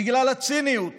בגלל הציניות